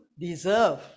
deserve